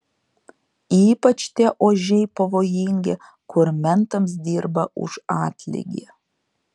ypač tie ožiai pavojingi kur mentams dirba už atlygį